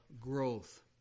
growth